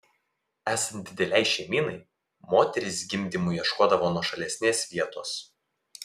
esant didelei šeimynai moterys gimdymui ieškodavo nuošalesnės vietos